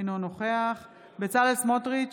אינו נוכח בצלאל סמוטריץ'